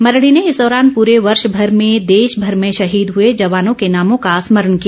मरडी ने इस दौरान प्रे वर्ष भर में देश भर में शहीद हए जवानों के नामों का समरण किया